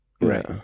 right